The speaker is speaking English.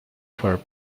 for